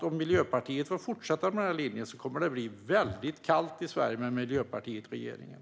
Om Miljöpartiet får fortsätta den linjen kommer det att bli väldigt kallt i Sverige med Miljöpartiet i regeringen.